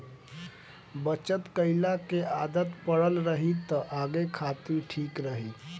बचत कईला के आदत पड़ल रही त आगे खातिर ठीक रही